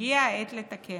הגיעה העת לתקן.